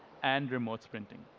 and remote sprinting.